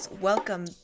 Welcome